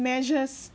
measures